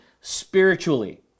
spiritually